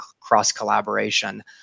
cross-collaboration